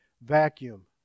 vacuum